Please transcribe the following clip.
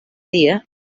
dia